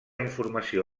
informació